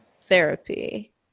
therapy